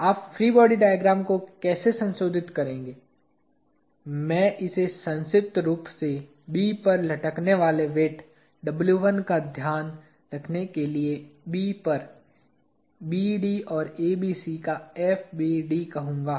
आप free body diagram को कैसे संशोधित करेंगे मैं इसे संक्षिप्त रूप से B पर लटकने वाले वेट का ध्यान रखने के लिए B पर BD और ABC का FBD कहूंगा